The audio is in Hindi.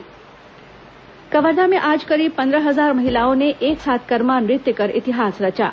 कवर्धा महिला सम्मेलन कवर्धा में आज करीब पन्द्रह हजार महिलाओं ने एक साथ कर्मा नृत्य कर इतिहास रचा